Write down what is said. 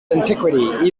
antiquity